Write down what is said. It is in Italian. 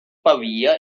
pavia